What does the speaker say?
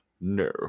No